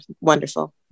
wonderful